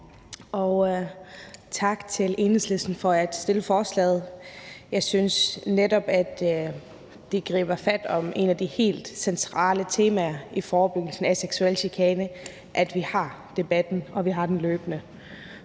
tak til Enhedslisten for at fremsætte forslaget. Jeg synes netop, at det griber fat om et af de helt centrale temaer i forebyggelsen af seksuel chikane, at vi har debatten, og at vi har den løbende.